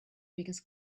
biggest